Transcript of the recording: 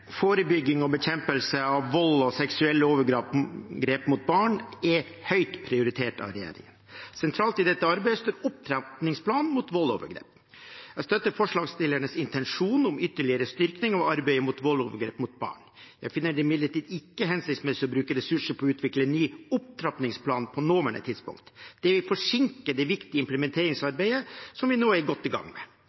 Forebygging og bekjempelse av vold og seksuelle overgrep mot barn er høyt prioritert av regjeringen. Sentralt i dette arbeidet står opptrappingsplanen mot vold og overgrep. Jeg støtter forslagsstillernes intensjon om en ytterligere styrking av arbeidet mot vold og overgrep mot barn. Jeg finner det imidlertid ikke hensiktsmessig å bruke ressurser på å utvikle en ny opptrappingsplan på nåværende tidspunkt. Det vil forsinke det viktige implementeringsarbeidet som vi nå er godt i gang med.